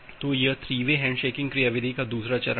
तो यह 3 way handshaking क्रियाविधि का दूसरा चरण है